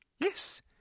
Yes